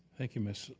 thank you mrs.